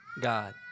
God